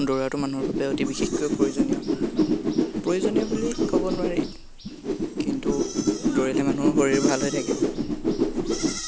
দৌৰাটো মানুহৰ বাবে অতি বিশেষকৈ প্ৰয়োজনীয় প্ৰয়োজনীয় বুলি ক'ব নোৱাৰি কিন্তু দৌৰিলে মানুহৰ শৰীৰ ভাল হৈ থাকে